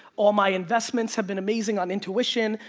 all my investments have been amazing on intuition,